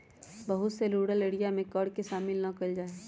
बहुत से rural area में कर के शामिल ना कइल जा हई